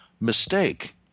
mistake